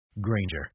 Granger